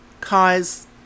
cause